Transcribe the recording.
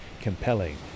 compelling